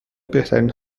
بهترین